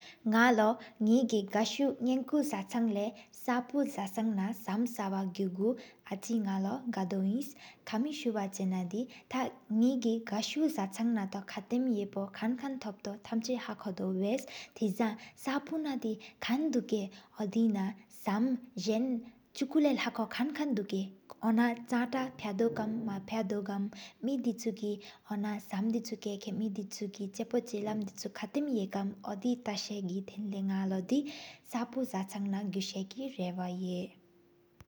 སྣག་ལོ་སྣག་གི་ག་ཤུ་ཟ་ཆན་ལེ་སཔོ་ཟ་ཆང་། སྣ་སམ་ས་བ་གུགོ་ཨ་ཅིས་སྣག་ལོ་ག་དོ་གིན། ཀ་མི་སུ་བ་ཆེ་སྣ་དི་ཏ་ཧ་སྣག་གས་བ་ཆང་ན། ཁ་བའི་ཡེ་པོ་ཁན་ཁན་ཏོབ་ད་ཐམ་ཆ་ཧ། ཁོ་དའོ་བསྟེ་བྱས་སཔོ་ནང་དེ་གིན། དུ་ཀ་དོ་དེ་ས་མ་ཟེན་ཅུ་གུ་ལེ་ལ་ཁོ་ཁན། ཁན་དེ་ཀོ་ཨ་ཅན་ཏ་ཕྱ་དོ་ཀམ། སྨན་པ་ཡེ་དོ་ཀམ་མེ་དི་ཅུ་གི་ཨོ་ན། ས་མ་དེ་ཅུ་ཀ་ཁེན་མེ་དི་ཅུ་གི་ཆེ་པོ། ཆེ་ལམ་ཏིན་ཅུ་ཀ་ཏམ་ཡེ་པོ་ཀམ། ཨོ་དི་ཏ་ས་གི་དེན་ལོ་དི་སྣག་ལོ་སཔོ་ཟ་ཆང་ན། གུ་ས་གི་ར་བ་ཧེ།